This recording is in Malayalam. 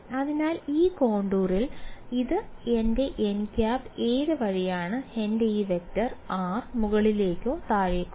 അതിനാൽ ഈ കോണ്ടൂരിൽ ഇത് എന്റെ nˆ ഏത് വഴിയാണ് എന്റെ ഈ വെക്റ്റർ r മുകളിലേക്കോ താഴേക്കോ